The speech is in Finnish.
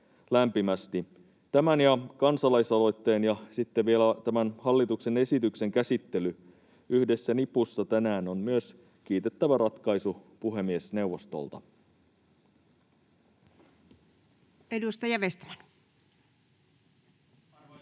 Tämän ja kansalaisaloitteen ja sitten vielä tämän hallituksen esityksen käsittely yhdessä nipussa tänään on myös kiitettävä ratkaisu puhemiesneuvostolta. [Speech